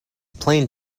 plain